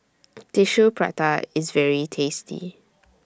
Tissue Prata IS very tasty